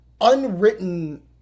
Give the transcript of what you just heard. unwritten